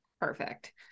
perfect